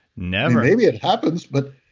never maybe it happens but.